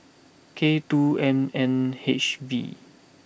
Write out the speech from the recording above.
K two M N H V